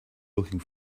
looking